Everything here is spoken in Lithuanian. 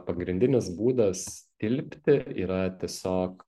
pagrindinis būdas tilpti yra tiesiog